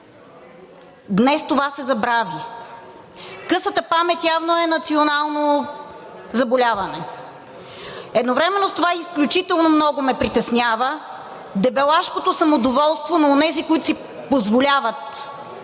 Днес това се забрави. Късата памет явно е национално заболяване. Едновременно с това изключително много ме притеснява дебелашкото самодоволство на онези, които си позволяват,